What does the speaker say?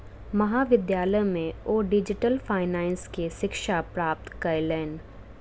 महाविद्यालय में ओ डिजिटल फाइनेंस के शिक्षा प्राप्त कयलैन